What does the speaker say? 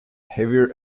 heavier